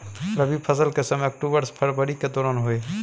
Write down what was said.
रबी फसल के समय अक्टूबर से फरवरी के दौरान होय हय